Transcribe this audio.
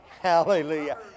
Hallelujah